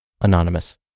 Anonymous